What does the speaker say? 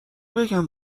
بگم